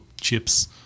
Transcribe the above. chips